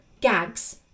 gags